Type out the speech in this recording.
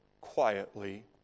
quietly